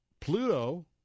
Pluto